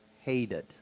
hated